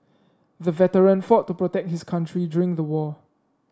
the veteran fought to protect his country during the war